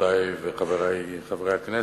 חברותי וחברי חברי הכנסת,